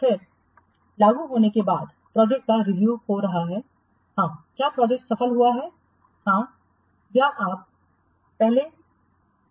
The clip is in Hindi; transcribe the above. फिर लागू होने के बाद प्रोजेक्ट का रिव्यू हो रहा है हाँ क्या प्रोजेक्ट सफल हुआ है या आप परिपक्व रूप से समाप्त हो रहे हैं